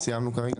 סיימנו כרגע.